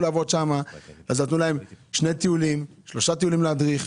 ועכשיו נתנו להם שניים-שלושה טיולים להדריך.